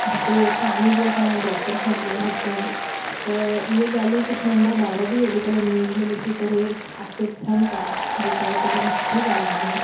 जिते पाणी बि असां ड्रॉपर सां पीअंदासीं त इहे ॻाल्हियूं कुझु नंढा ॿार बि न्यूज़ में ॾिसी करे एक्टिव थियनि था जेका हिकु जाम सुठी ॻाल्हि आहे